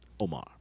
Omar